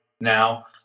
now